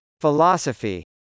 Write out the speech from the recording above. Philosophy